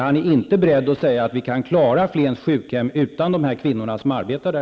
Han är inte beredd att säga att vi kan klara Flens sjukhem utan de kvinnor som i dag arbetar där.